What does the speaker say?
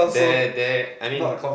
there there I mean